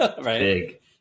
right